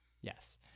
yes